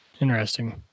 Interesting